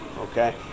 okay